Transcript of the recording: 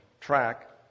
track